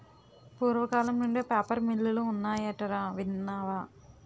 పూర్వకాలం నుండే పేపర్ మిల్లులు ఉన్నాయటరా ఇన్నావా